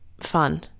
fun